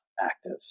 active